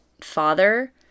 father